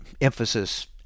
emphasis